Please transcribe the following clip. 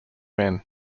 men